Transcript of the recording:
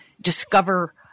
discover